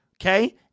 Okay